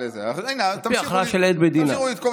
על פי הכרעה של עד מדינה.